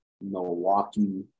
Milwaukee